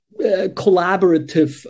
collaborative